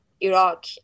Iraq